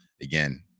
again